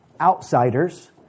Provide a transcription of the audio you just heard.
outsiders